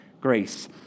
grace